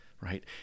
right